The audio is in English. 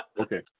Okay